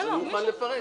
אז אני מוכן לפרט.